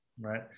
right